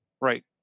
Right